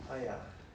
!aiya!